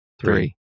three